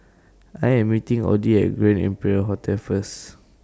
I Am meeting Oddie At Grand Imperial Hotel First